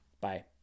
bye